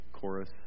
chorus